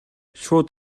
шууд